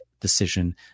decision